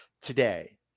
today